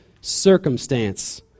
circumstance